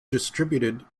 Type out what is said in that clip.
distributed